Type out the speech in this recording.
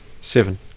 Seven